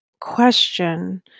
question